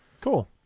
cool